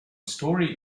stories